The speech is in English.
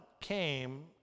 came